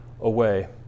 away